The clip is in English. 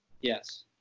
yes